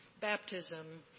baptism